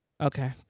Okay